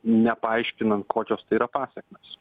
nepaaiškinant kokios tai yra pasekmės